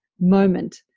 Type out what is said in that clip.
moment